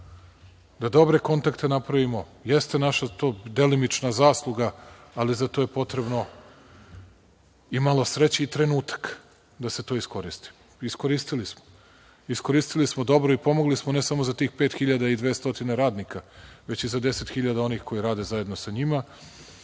da dobre kontakte napravimo. Jeste to delimično naša zasluga, ali za to je potrebno i malo sreće i trenutak da se to iskoristi. Iskoristili smo. Iskoristili smo dobro i pomogli smo, ne samo za tih 5.200 radnika, već i za deset hiljada onih koji rade zajedno sa njima.